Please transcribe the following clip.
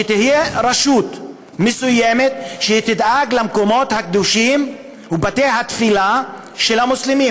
שתהיה רשות מסוימת שתדאג למקומות הקדושים ולבתי התפילה של המוסלמים,